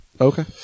Okay